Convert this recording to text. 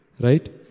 Right